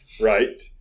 right